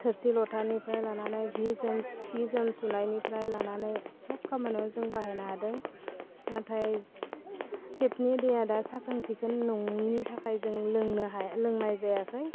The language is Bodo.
थोरसि लथानिफ्राय लानानै जि जोम सि जोम सुनायनिफ्राय लानानै सब खामानियाव जों बाहायनो हादों नाथाय टेपनि दैया दा साखोन सिखोन नङिनि थाखाय जों लोंनो हाया लोंनाय जायाखै